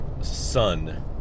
son